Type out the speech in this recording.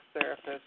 therapist